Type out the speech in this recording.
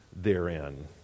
therein